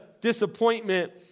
disappointment